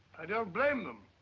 i do not blame them.